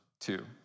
two